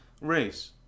race